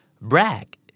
brag